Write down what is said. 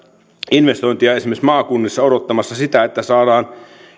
investointeja esimerkiksi maakunnissa odottamassa sitä että saadaan